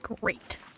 Great